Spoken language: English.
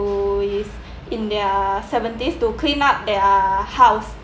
is in their seventies to clean up their house